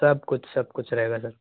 सब कुछ सब कुछ रहेगा सर